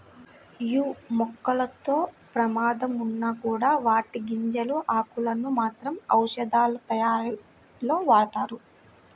యీ మొక్కలతో ప్రమాదం ఉన్నా కూడా వాటి గింజలు, ఆకులను మాత్రం ఔషధాలతయారీలో వాడతారు